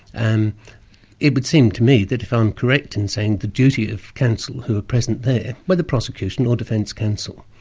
and it would seem to me that if i'm correct in saying the duty of counsel who are present there, whether prosecution or defence counsel,